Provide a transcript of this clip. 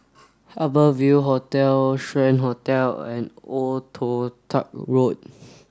Harbour Ville Hotel Strand Hotel and Old Toh Tuck Road